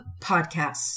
podcasts